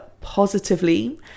positively